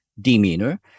demeanor